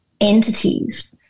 entities